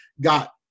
got